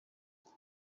kuva